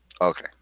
Okay